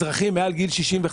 אזרחים מעל גיל 65,